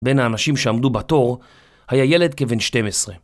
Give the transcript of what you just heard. בין האנשים שעמדו בתור היה ילד כבן 12.